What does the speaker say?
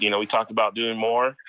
you know we talked about doing more,